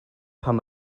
pan